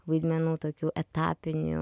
vaidmenų tokių etapinių